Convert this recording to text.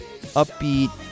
upbeat